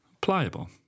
Pliable